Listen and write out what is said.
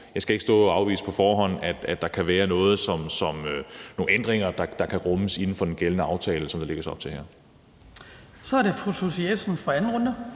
Jeg skal ikke stå og afvise på forhånd, at der kan være noget, nogle ændringer, der kan rummes inden for den gældende aftale, som der lægges op til her. Kl. 18:31 Den fg. formand